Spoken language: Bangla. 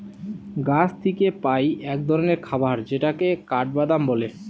গাছ থিকে পাই এক ধরণের খাবার যেটাকে কাঠবাদাম বলে